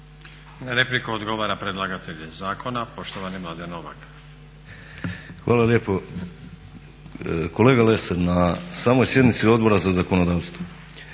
repliku odgovara predlagatelj zakona, poštovani Mladen Novak. **Novak, Mladen (Nezavisni)** Hvala lijepo. Kolega Lesar na samoj sjednici Odbora za zakonodavstvo